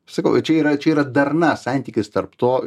sakau čia yra čia yra darna santykis tarp to